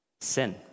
Sin